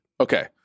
Okay